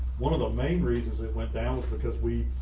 one of the main reasons it went down was because we,